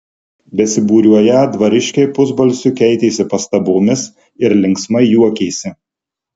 besibūriuoją dvariškiai pusbalsiu keitėsi pastabomis ir linksmai juokėsi